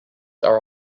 are